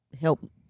help